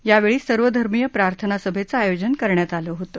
यावेळी सर्वधर्मीय प्रार्थना सभेचं आयोजन करण्यात आलं होतं